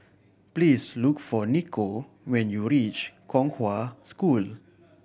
please look for Nikko when you reach Kong Hwa School